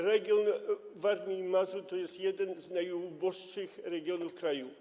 Region Warmii i Mazur to jeden z najuboższych regionów kraju.